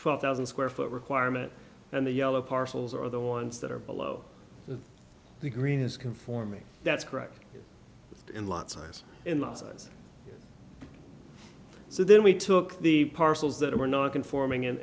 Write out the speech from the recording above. twelve thousand dollars square foot requirement and the yellow parcels are the ones that are below the green is conforming that's correct and lots of times in the absence so then we took the parcels that were non conforming and